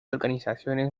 organizaciones